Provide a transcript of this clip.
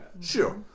Sure